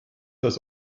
das